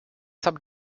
sub